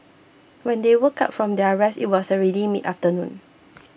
when they woke up from their rest it was already mid afternoon